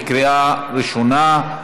בקריאה ראשונה.